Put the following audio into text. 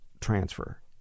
transfer